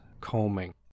combing